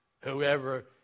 Whoever